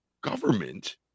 Government